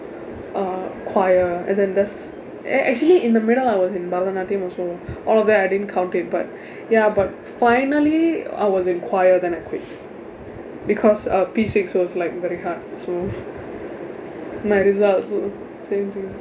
err choir and then that's actually in the middle I was in பரதநாட்டியம்:barathanaatdiyam also all of that I didn't count it but ya but finally I was in choir then I quit because uh P six was like very hard so my results same thing